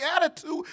attitude